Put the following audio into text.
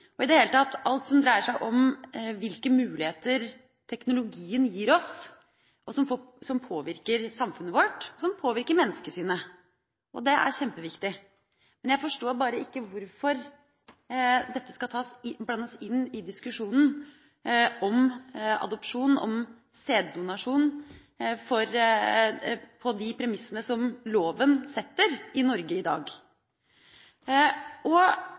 i det hele tatt i forbindelse med alt som dreier seg om hvilke muligheter teknologien gir oss, som påvirker samfunnet vårt, og som påvirker menneskesynet. Dette er kjempeviktig. Men jeg forstår ikke hvorfor dette skal blandes inn i diskusjonen om adopsjon og om sæddonasjon – med de premissene som loven setter i Norge i dag.